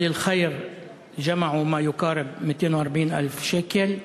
אנשים טובים אספו משהו כמו 240,000 שקל.